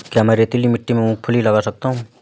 क्या मैं रेतीली मिट्टी में मूँगफली लगा सकता हूँ?